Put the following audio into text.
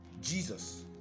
jesus